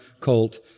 colt